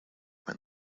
when